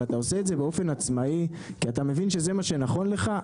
אבל אתה עושה את זה באופן עצמאי כי אתה מבין שזה מה שנכון לך,